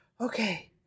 Okay